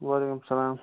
وعلیکم سلام